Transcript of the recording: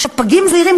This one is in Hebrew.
פגים זעירים,